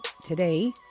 Today